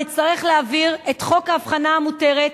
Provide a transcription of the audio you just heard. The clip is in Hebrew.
נצטרך להעביר את חוק ההבחנה המותרת